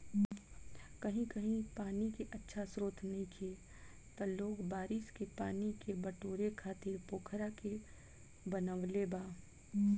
कही कही पानी के अच्छा स्त्रोत नइखे त लोग बारिश के पानी के बटोरे खातिर पोखरा के बनवले बा